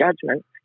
judgment